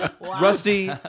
Rusty